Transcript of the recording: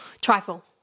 Trifle